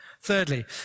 Thirdly